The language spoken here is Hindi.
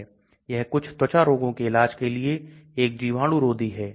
तो यह प्रकृति में अत्यधिक क्रिस्टलीय है